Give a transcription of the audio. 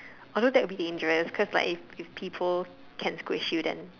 although that will be dangerous because like if if people can squeeze you then